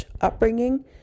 upbringing